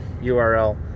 URL